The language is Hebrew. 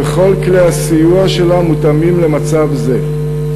וכל כלי הסיוע שלה מותאמים למצב זה.